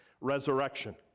resurrection